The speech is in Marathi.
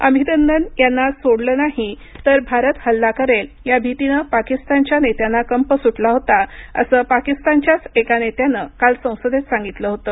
अभिनंदन यांना सोडलं नाही तर भारत हल्ला करेल या भीतीनं पाकिस्तानच्या नेत्यांना कंप सुटला होता असं पाकिस्तानच्याच एका नेत्यानं काल संसदेत सांगितलं होतं